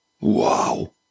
Wow